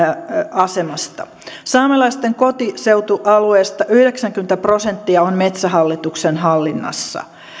asemasta saamelaisten kotiseutualueesta yhdeksänkymmentä prosenttia on metsähallituksen hallinnassa